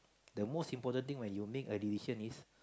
the most important thing when you make a decision is